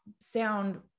sound